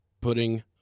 putting